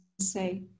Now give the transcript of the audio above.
say